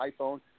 iPhone